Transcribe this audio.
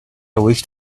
wished